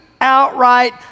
outright